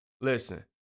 listen